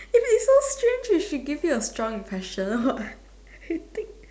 it's so strange if she gives you a strong impression or what you think